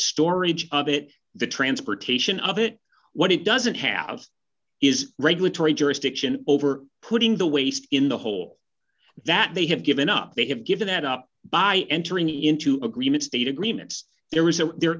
storage of it the transportation of it what it doesn't have is regulatory jurisdiction over putting the waste in the hole that they have given up they have given that up by entering into agreements state agreements there is a there